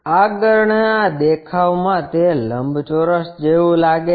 આગળના દેખાવમાં તે લંબચોરસ જેવું લાગે છે